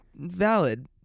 valid